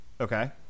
Okay